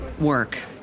work